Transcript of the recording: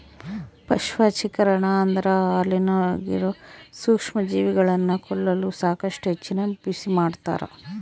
ಪಾಶ್ಚರೀಕರಣ ಅಂದ್ರ ಹಾಲಿನಾಗಿರೋ ಸೂಕ್ಷ್ಮಜೀವಿಗಳನ್ನ ಕೊಲ್ಲಲು ಸಾಕಷ್ಟು ಹೆಚ್ಚಿನ ಬಿಸಿಮಾಡ್ತಾರ